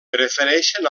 prefereixen